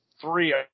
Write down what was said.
three